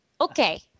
okay